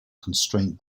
constraint